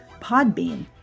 Podbean